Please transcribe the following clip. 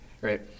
right